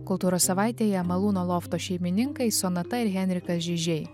kultūros savaitėje malūno lofto šeimininkai sonata ir henrikas žižiai